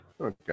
Okay